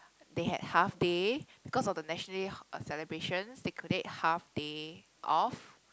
they have half day because of the national celebration they could take half day off